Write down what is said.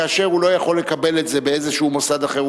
כאשר הוא לא יכול לקבל את זה באיזשהו מוסד אחר,